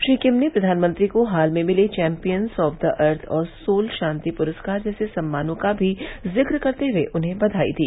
Shri Kim ने प्रधानमंत्री को हाल में मिले चौम्पियंस ऑफ दि अर्थ और सोल शांति पुरस्कार जैसे सम्मानों का भी जिक्र करते हुए उन्हें बधाई दी